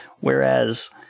whereas